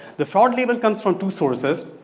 the fraud label comes from two sources.